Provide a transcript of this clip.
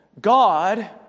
God